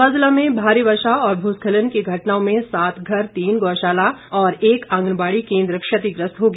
चंबा ज़िला में भारी वर्षा और भूस्खलन की घटनाओं में सात घर तीन गौशाला और एक आंगनबाड़ी केंद्र क्षतिग्रस्त हो गया